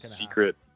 secret